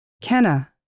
Kenna